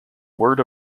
word